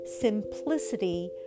simplicity